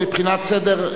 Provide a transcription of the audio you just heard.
מבחינת הסדר,